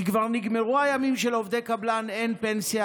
כי כבר נגמרו הימים שלעובדי קבלן אין פנסיה,